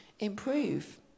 improve